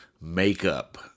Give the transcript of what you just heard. makeup